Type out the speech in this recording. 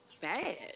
bad